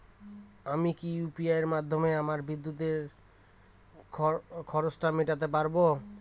আমি কি ইউ.পি.আই মাধ্যমে আমার বিদ্যুতের খরচা মেটাতে পারব?